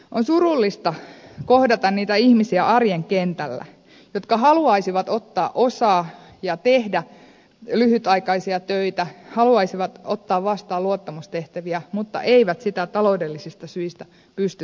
on surullista kohdata niitä ihmisiä arjen kentällä jotka haluaisivat ottaa osaa ja tehdä lyhytaikaisia töitä haluaisivat ottaa vastaan luottamustehtäviä mutta eivät sitä taloudellisista syistä pysty tekemään